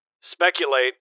speculate